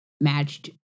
matched